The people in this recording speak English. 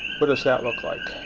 what does that look like?